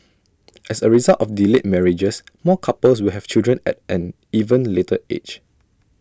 as A result of delayed marriages more couples will have children at an even later age